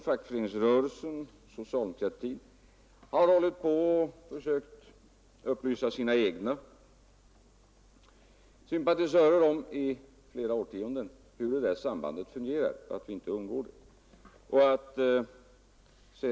Fackföreningsrörelsen och socialdemokratin har i flera årtionden försökt upplysa sina egna sympatisörer om hur det där sambandet fungerar och att vi inte undgår det.